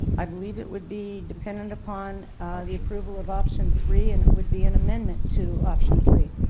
i believe it would be dependent upon the approval of option three, and it would be an amendment to option three.